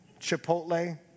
Chipotle